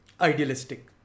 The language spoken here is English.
Idealistic